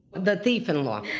the thief in law.